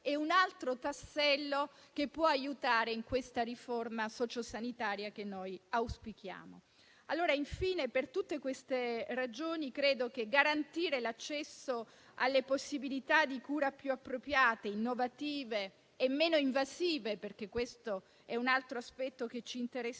è un altro tassello che può aiutare in questa riforma sociosanitaria che auspichiamo. Occorre garantire l'accesso alle possibilità di cura più appropriate, innovative e meno invasive, perché questo è un altro aspetto che ci interessa